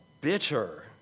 bitter